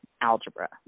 algebra